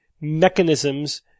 mechanisms